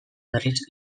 berriz